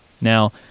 Now